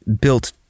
built